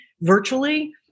virtually